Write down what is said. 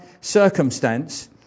circumstance